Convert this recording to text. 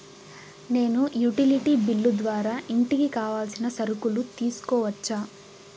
నేను utility bill ద్వారా ఇంటికి కావాల్సిన సరుకులు తీసుకోవచ్చా?